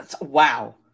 Wow